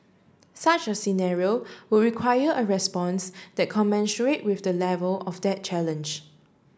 such a scenario would require a response that commensurate with the level of that challenge